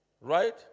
Right